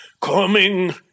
coming